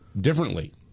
differently